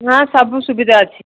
ହଁ ସବୁ ସୁବିଧା ଅଛି